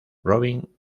robin